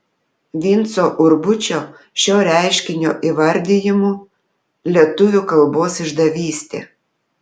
vinco urbučio šio reiškinio įvardijimu lietuvių kalbos išdavystė